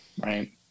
Right